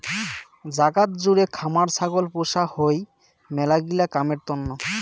জাগাত জুড়ে খামার ছাগল পোষা হই মেলাগিলা কামের তন্ন